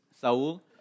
Saul